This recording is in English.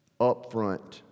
upfront